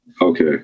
Okay